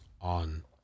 on